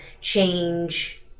change